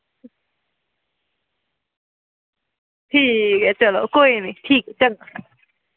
ठीक ऐ चलो कोई निं ठीक ऐ चंगा